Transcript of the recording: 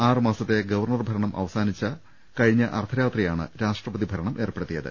ആറുമാസത്തെ governor ഭരണം അവസാനിച്ച കഴിഞ്ഞ അർധരാത്രിയാണ് രാഷ്ട്രപതി ഭരണം ഏർപ്പെടുത്തിയത്